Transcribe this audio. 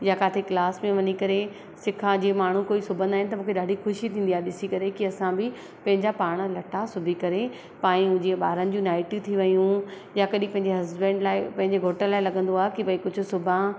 या काथे क्लास में वञी करे सिखिया जीअं माण्हू कोई सिबंदा आहिनि त मूंखे ॾाढी ख़ुशी थींदी आहे ॾिसी करे की असां बि पंहिंजा पाण लटा सिबी करे पायूं जीअं ॿारनि जूं नाइटियूं थी वियूं या कॾहिं पंहिंजे हस्बैंड लाइ पंहिंजे घोठ लाइ लॻंदो आहे की भई कुझु सिबिया